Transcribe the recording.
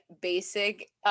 basic